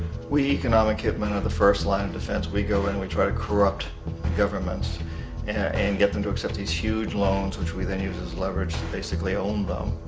we, economic hit men, are the first line defense. we go in, we try to corrupt the governments and get them to accept this huge loans, which we then use as leverage to basically own them.